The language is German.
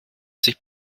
sich